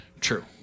true